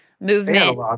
movement